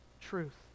truth